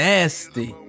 Nasty